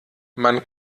man